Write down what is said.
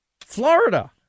Florida